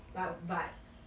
but but